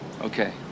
Okay